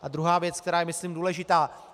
A druhá věc, která je myslím důležitá.